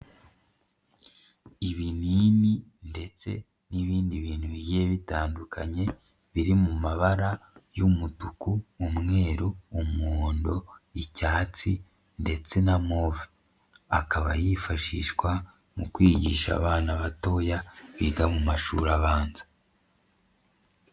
Ibinini ndetse n'ibindi bintu bigiye bitandukanye biri mu mabara y'umutuku, umweru, umuhondo, icyatsi ndetse na move, akaba yifashishwa mu kwigisha abana batoya biga mu mashuri abanza.